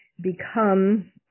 become